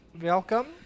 Welcome